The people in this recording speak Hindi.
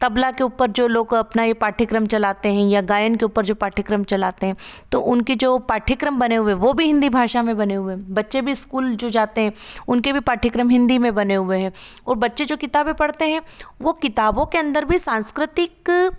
तबला के ऊपर जो लोग अपना ये पाठ्यक्रम चलाते हैं या गायन के ऊपर जो पाठ्यक्रम चलते हैं तो उनके जो पाठ्यक्रम बने हुए हैं वो भी हिन्दी भाषा में बने हुए हैं बच्चे भी इस्कूल जो जाते हैं उनके भी पाठ्यक्रम हिन्दी में बने हुए हैं और बच्चे जो किताबें पढ़ते हैं वो किताबों के अंदर भी सांस्कृतिक